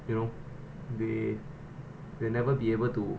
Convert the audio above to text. you know they will never be able to